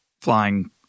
flying –